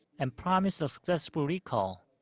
and promised a successful recall.